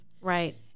Right